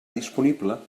disponible